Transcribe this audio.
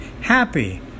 Happy